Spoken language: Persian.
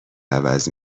عوض